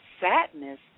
sadness